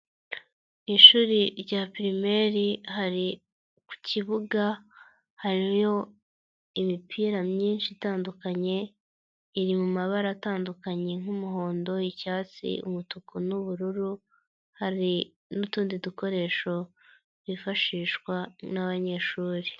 Ishuri rya pirimeri hari, ku kibuga, hariho imipira myinshi itandukanye, iri mu mabara atandukanye nk'umuhondo icyatsi umutuku n'ubururu, hari n'utundi dukoresho, twifashishwa n'banyeshuri.